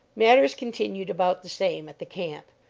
matters continued about the same at the camp.